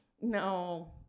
no